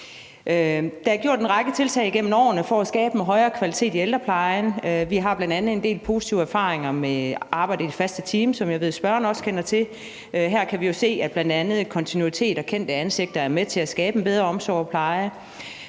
Der er gjort en række tiltag igennem årene for at skabe en højere kvalitet i ældreplejen. Vi har bl.a. en del positive erfaringer med arbejde i faste teams, som jeg ved spørgeren også kender til. Her kan vi jo se, at bl.a. kontinuitet og kendte ansigter er med til at skabe en bedre omsorg og pleje,